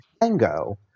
tango